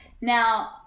Now